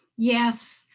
yes,